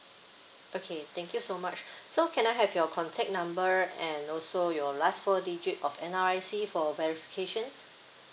okay thank you so much so can I have your contact number and also your last four digit of N_R_I_C for verification